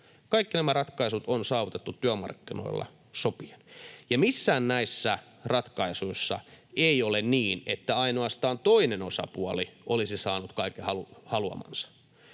Kaikki nämä ratkaisut on saavutettu työmarkkinoilla sopien. Ja missään näissä ratkaisuissa ei ole niin, että ainoastaan toinen osapuoli olisi saanut kaiken haluamansa,